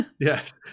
Yes